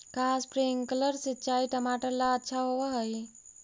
का स्प्रिंकलर सिंचाई टमाटर ला अच्छा होव हई?